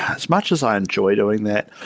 as much as i enjoy doing that,